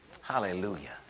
Hallelujah